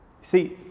See